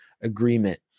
agreement